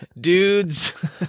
dudes